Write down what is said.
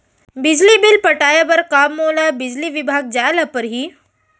बिजली बिल पटाय बर का मोला बिजली विभाग जाय ल परही?